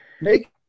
Make